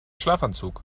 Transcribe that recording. schlafanzug